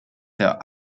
der